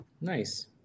nice